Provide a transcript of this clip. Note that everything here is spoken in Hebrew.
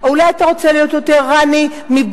או אולי אתה רוצה להיות יותר רני מבלייר,